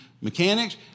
mechanics